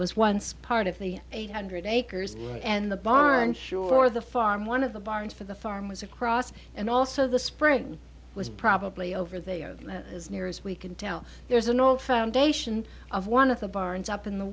was once part of the eight hundred acres and the barn sure the farm one of the barns for the farm was across and also the spring was probably over they are as near as we can tell there's an old foundation of one of the barns up in the